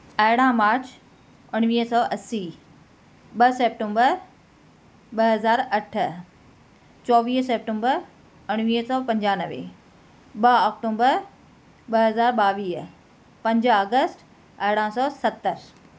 अरिड़हं मार्च उणिवीह सौ असी ॿ सप्टेंबर ॿ हज़ार अठ चोवीह सप्टेंबर उणिवीह सौ पंजानवे ॿ अक्टूबर ॿ हज़ार ॿावीह पंज अगस्त अरिड़हं सौ सतरि